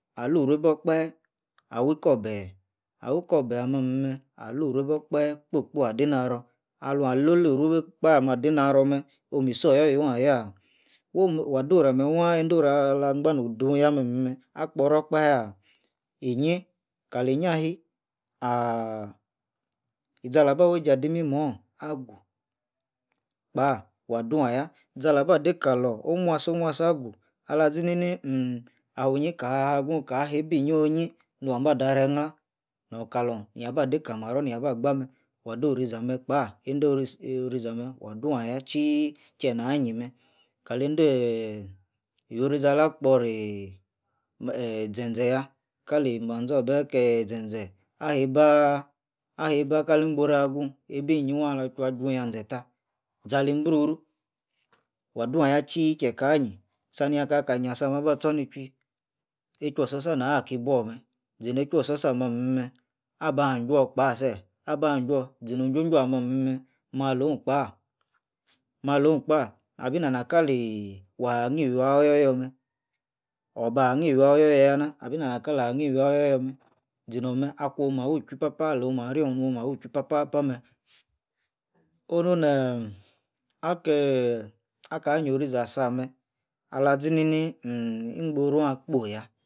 Aluruebor-okpahe, awi ikobahe, awi-kobahe ahmeh meh, aluruerbor okpahe kpo-kpo adei naror, aluan lo-li-nueibor-okpahe ahmeh adei narror meh, omisor-yor-yone ayah? Wom-waah dorameh wah eindo roru alah gban-no dun yah meh-meh-meh akporor okpahe? Inyi kali-inyi ahi, aaah, iza laba wueijei adi mimor, agu kpah wah dun ayah zala bah dei kalor omuasa-muasi agu alazini-nin uhmmi awi-inyi kahagu, kaheibi-inyi onyi, nuan ba dareh knlah, nor-kalor niaba dei kali marror niaba- gba meh, wah do'oh rizi ah-meh kpah eindo ris-onzi ah-meh waah dun atah tchii chei nah nyi meh, kaleindeeeh, owio rizi alah-kpori eeeh zen-zen yah, kali manzorbeh keh zen-zen ah heibaaaah ah heiba kali-ingboru ahagun, eibi-inyi-inyi waah alaguagun tah zen tah, zali broruh, waah dun-ah yah tchiii chie kah inyi, zani-yah kaka nyiasameh abah tchor ni chwuii, e chwososah naki bwor meh zinei ju oroza ah-meh ali-meh, aba chwuor kpah sefi aba chworn zino chwo'h chworn ah meh-ali meh, malone pah, malone kpah, abinanakabi wah nhi-wuia oyor-yor meh, obah hni wuia oyor-yor-yah nah, abi nana kala ahnyi wuia oyor-yor-meh, zinor meh akun-oh mah wui chwui papah, alo'h meh rionh nuo'h mah wuichwui papa ah meh, onu neeh okeeh, akah nyiorizi asameh a;lazinini uhmm, ingboru akpoi tah.